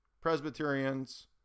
Presbyterians